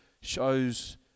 shows